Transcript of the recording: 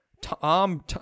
Tom